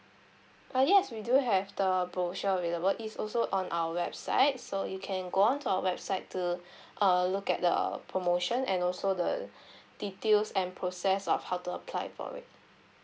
uh yes we do have the brochure available is also on our website so you can go on to our website to err look at the promotion and also the details and process of how to apply for it